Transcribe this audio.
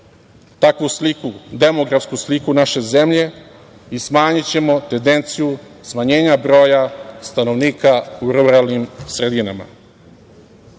sliku, demografsku sliku naše zemlje i smanjićemo tendenciju smanjenja broja stanovnika u ruralnim sredinama. Vlada